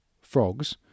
frogs